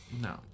No